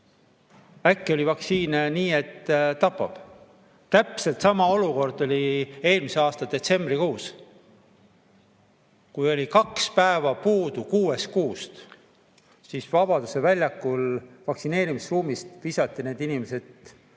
Äkki oli vaktsiine nii, et tapab. Täpselt sama olukord oli eelmise aasta detsembrikuus. Kui kuuest kuust oli kaks päeva puudu, siis Vabaduse väljaku vaktsineerimisruumist visati need inimesed väikese,